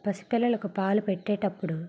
పసి పిల్లలకు పాలు పెట్టేటప్పుడు